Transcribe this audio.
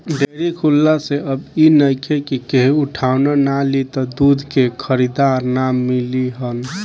dairy खुलला से अब इ नइखे कि केहू उठवाना ना लि त दूध के खरीदार ना मिली हन